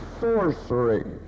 sorcery